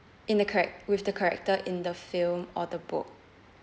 in the charac~ with the character in the film or the book